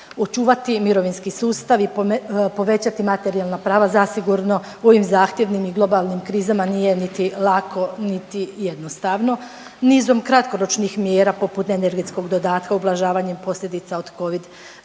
Očuvati mirovinski sustav i povećati materijala prava zasigurno u ovim zahtjevnim i globalnim krizama nije niti lako, niti jednostavno. Nizom kratkoročnih mjera poput energetskog dodatka, ublažavanjem posljedica od Covid